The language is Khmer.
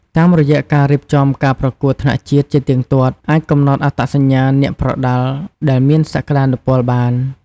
តាមរយៈការរៀបចំការប្រកួតថ្នាក់ជាតិជាទៀងទាត់ អាចកំណត់អត្តសញ្ញាណអ្នកប្រដាល់ដែលមានសក្ដានុពលបាន។